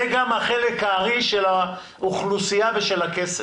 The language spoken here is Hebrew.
זה גם החלק הארי של האוכלוסייה ושל הכסף.